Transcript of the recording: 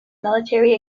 military